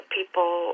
People